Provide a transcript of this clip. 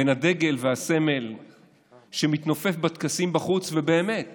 בין הדגל, הסמל שמתנופף בטקסים בחוץ ובאמת